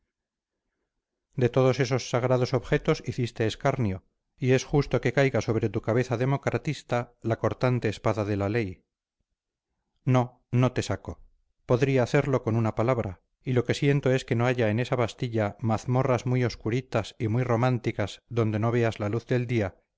de todos esos sagrados objetos hiciste escarnio y es justo que caiga sobre tu cabezademocratista la cortante espada de la ley no no te saco podría hacerlo con una palabra y lo que siento es que no haya en esa bastilla mazmorras muy obscuritas y muy románticas donde no veas la luz del día